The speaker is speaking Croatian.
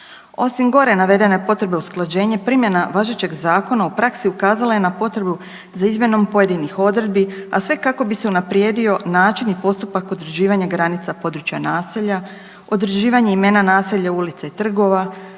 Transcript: Osim gore navedene potrebe usklađenje primjena važećeg zakona u praksi ukazala je na potrebu za izmjenom pojedinih odredbi, a sve kako bi se unaprijedio način i postupak utvrđivanja granica područja naselja, određivanje imena naselja, ulica i trgova,